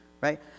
Right